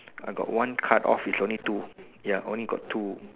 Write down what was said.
I got one cut off is only two ya only got two